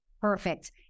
Perfect